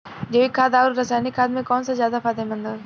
जैविक खाद आउर रसायनिक खाद मे कौन ज्यादा फायदेमंद बा?